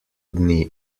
dni